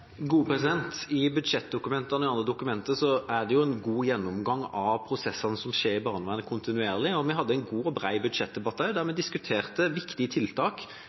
I budsjettdokumentene og i andre dokumenter er det en god gjennomgang av prosessene som kontinuerlig skjer i barnevernet. Vi hadde en god, bred budsjettdebatt der vi diskuterte viktige tiltak